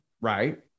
right